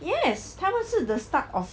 yes 他们是 the start of